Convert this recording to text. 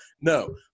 No